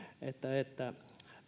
että että